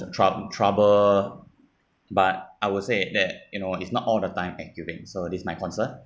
troub~ trouble but I will say that you know is not all the time accurate so this is my concern